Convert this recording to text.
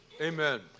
Amen